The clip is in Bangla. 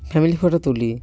ফ্যামিলি ফটো তুলি